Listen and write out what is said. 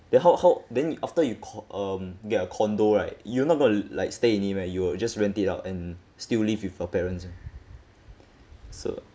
then how how then after you co~ um get a condo right you're not going to like stay in it and you're just rent it out and still live with your parents [one] so